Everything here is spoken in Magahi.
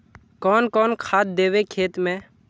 कौन कौन खाद देवे खेत में?